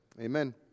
amen